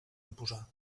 imposar